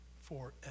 forever